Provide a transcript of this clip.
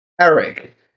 Eric